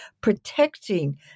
protecting